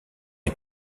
est